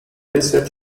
research